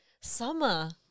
Summer